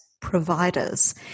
providers